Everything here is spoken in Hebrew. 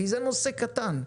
כי זה נושא קטן,